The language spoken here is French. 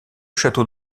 château